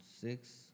six